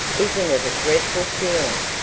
isn't it a dreadful feeling?